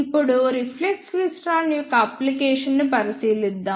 ఇప్పుడు reflex klystron యొక్క applications ను పరిశీలిద్దాం